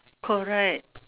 correct